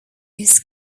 his